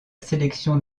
sélection